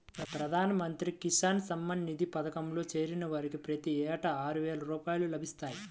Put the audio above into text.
ప్రధాన మంత్రి కిసాన్ సమ్మాన్ నిధి పథకంలో చేరిన వారికి ప్రతి ఏటా ఆరువేల రూపాయలు లభిస్తాయి